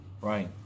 Right